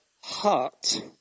heart